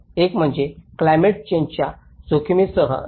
एक म्हणजे क्लायमेट चेंजाच्या जोखमीसह डिसास्टरचा धोका समजून घेणे